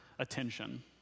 attention